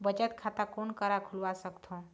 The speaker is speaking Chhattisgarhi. बचत खाता कोन करा खुलवा सकथौं?